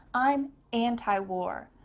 i'm antiwar.